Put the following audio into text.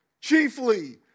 chiefly